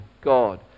God